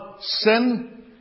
sin